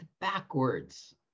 backwards